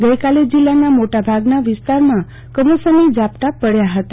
ગઈકાલે જિલ્લાના મોટા ભાગના વિસ્તારમાં કમોસમી ઝાપટાં પડયા હતા